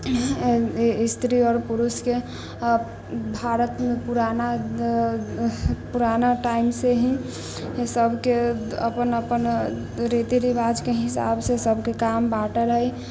स्त्री आओर पुरूष के भारत मे पुराना पुराना टाइम से ही सबके अपन अपन रीति रिवाज के हिसाब से सब के काम बाँटल है